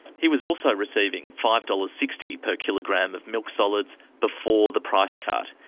he was also receiving five dollars. sixty per kilogram of milk solids before the price cut.